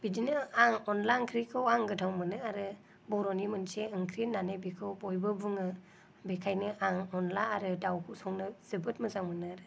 बिदिनो आं अन्दला ओंख्रिखौ आं गोथाव मोनो आरो बर'नि मोनसे ओंख्रि होननानै बेखौ बयबो बुङो बेनिखायनो आं अन्दला आरो दाउखौ संनो जोबोद मोजां मोनो आरो